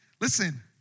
Listen